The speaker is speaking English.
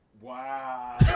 Wow